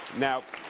now,